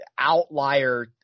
outlier